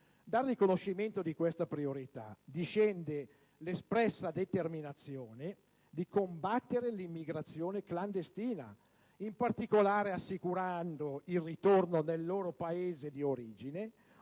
Dal riconoscimento di questa priorità discende l'espressa determinazione di combattere l'immigrazione clandestina, in particolare assicurando il ritorno nel loro Paese d'origine